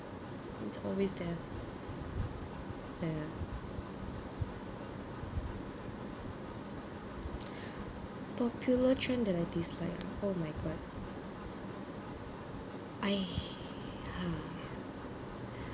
it's always there ya popular trend that I dislike ah oh my god I uh